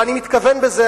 ואני מתכוון בזה,